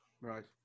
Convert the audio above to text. right